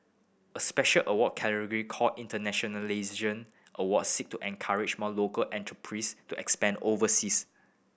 a special award category called Internationalisation Award seek to encourage more local enterprise to expand overseas